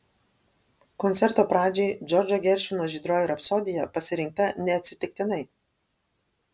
koncerto pradžiai džordžo geršvino žydroji rapsodija pasirinkta neatsitiktinai